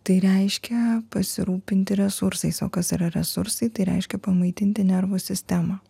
tai reiškia pasirūpinti resursais o kas yra resursai tai reiškia pamaitinti nervų sistemą